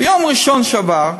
ביום ראשון שעבר,